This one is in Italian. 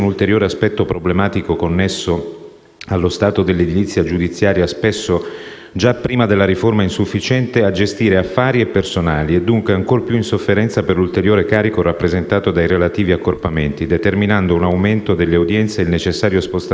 allo stato dell'edilizia giudiziaria spesso, già prima della riforma, insufficiente a gestire affari e personale e dunque ancor più in sofferenza per l'ulteriore carico rappresentato dai relativi accorpamenti, determinando un aumento delle udienze e il necessario spostamento di molte di esse a orari pomeridiani.